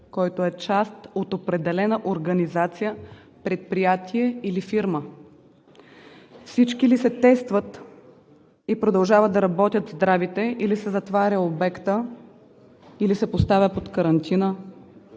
който е част от определена организация, предприятие или фирма? Всички ли се тестват и здравите продължават да работят, или се затваря обектът, или се поставя под карантина?